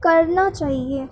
کرنا چاہیے